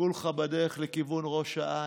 כולך בדרך לכיוון ראש העין,